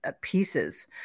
pieces